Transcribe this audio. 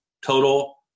total